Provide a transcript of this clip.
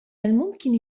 الممكن